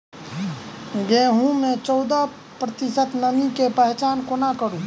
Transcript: गेंहूँ मे चौदह प्रतिशत नमी केँ पहचान कोना करू?